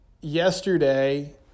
yesterday